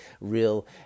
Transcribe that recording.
real